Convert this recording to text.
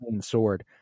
sword